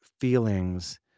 feelings